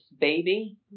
baby